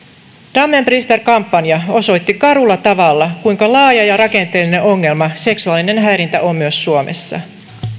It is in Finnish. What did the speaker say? dammen brister kampanja osoitti karulla tavalla kuinka laaja ja rakenteellinen ongelma seksuaalinen häirintä on myös suomessa